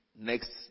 next